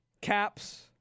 caps